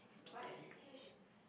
speak English